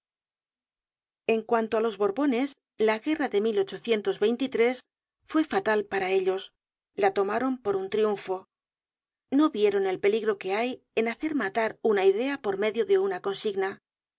en cuanto á los borbones la guerra de fue fatal para ellos la tomaron por un triunfo no vieron el peligro que hay en hacer matar una idea por medio de una consigna se